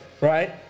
right